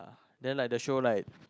then like the show like